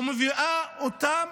ומביאה אותם